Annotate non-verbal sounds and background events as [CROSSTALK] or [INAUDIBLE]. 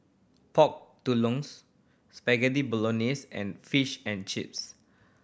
Pork [UNINTELLIGIBLE] Spaghetti Bolognese and Fish and Chips